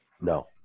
No